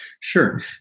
sure